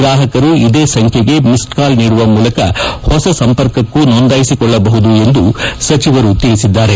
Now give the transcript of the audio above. ಗ್ರಾಪಕರು ಇದೇ ಸಂಖ್ಯೆಗೆ missed call ನೀಡುವ ಮೂಲಕ ಹೊಸ ಸಂಪರ್ಕಕ್ನೂ ನೋಂದಾಯಿಸಿಕೊಳ್ಳಬಹುದು ಎಂದು ಸಚಿವರು ತಿಳಿಸಿದ್ದಾರೆ